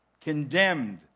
condemned